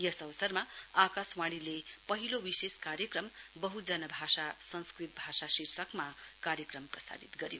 यस अवसरमा आकाशवाणीले पहिलो विशेष कार्यक्रम बहुजन भाषा संस्कृत भाषा कार्यक्रम प्रसारित गर्यो